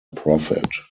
prophet